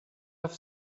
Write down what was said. have